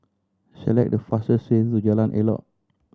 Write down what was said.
select the fastest way to Jalan Elok